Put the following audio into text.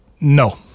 no